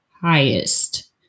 highest